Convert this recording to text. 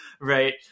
right